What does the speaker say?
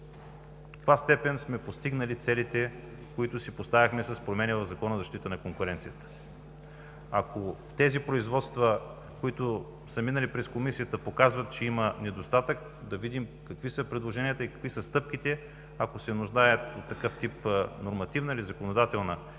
каква степен сме постигнали целите, които си поставяхме с промените в Закона за защита на конкуренцията. Ако производствата, които са минали през Комисията, показват, че има недостатък, да видим какви са предложенията и какви са стъпките, и ако се нуждаят от такъв тип нормативна или законодателна промяна,